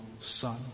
son